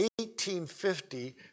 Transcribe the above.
1850